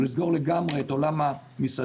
או לסגור לגמרי את עולם המסעדנות,